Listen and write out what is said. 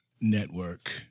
network